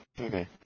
okay